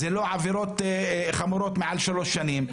זה לא עבירות חמורות מעל שלוש שנים.